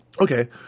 Okay